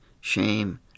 shame